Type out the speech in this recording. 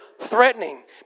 threatening